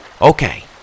Okay